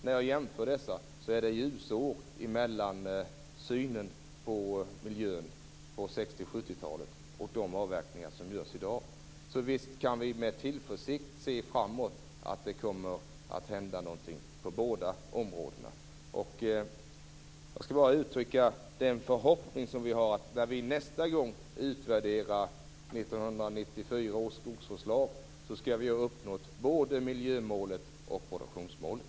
När jag jämför dessa är det ljusår mellan synen på miljön på 60 och 70-talen om jag jämför med de avverkningar som görs i dag. Så visst kan vi med tillförsikt se framåt och konstatera att det kommer att hända något på båda områdena. Jag skall bara uttrycka den förhoppning vi har om att vi när vi nästa gång utvärderar 1994 års skogsvårdslag skall ha uppnått både miljömålet och produktionsmålet.